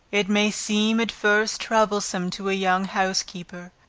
it may seem at first troublesome to a young housekeeper,